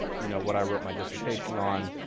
you know, what i wrote my dissertation on,